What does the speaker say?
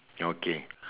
okay